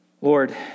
Lord